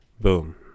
Boom